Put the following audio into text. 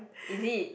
is it